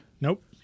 Nope